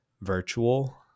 virtual